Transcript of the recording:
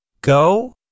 go